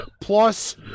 plus